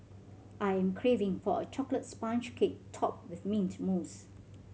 I am craving for a chocolate sponge cake topped with mint mousse